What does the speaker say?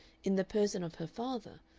in the person of her father,